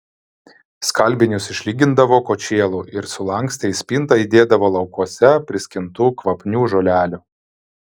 skalbinius išlygindavo kočėlu ir sulankstę į spintą įdėdavo laukuose priskintų kvapnių žolelių